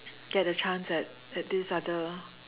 get a chance at at this other